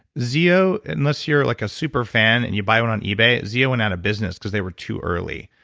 zeo, unless you're like a super fan and you buy one on ebay, zeo went out of business because they were too early.